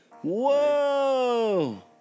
Whoa